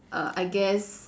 err I guess